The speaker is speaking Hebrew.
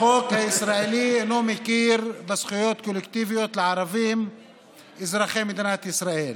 החוק הישראלי אינו מכיר בזכויות קולקטיביות של הערבים אזרחי מדינת ישראל